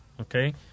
Okay